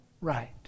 right